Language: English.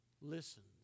listens